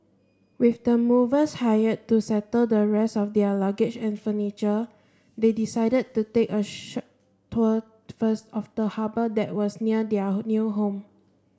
with the movers hired to settle the rest of their luggage and furniture they decided to take a short tour first of the harbour that was near their new home